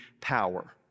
power